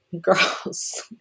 Girls